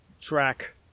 track